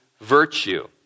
virtue